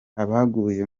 abaguye